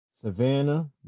savannah